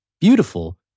beautiful